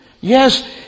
Yes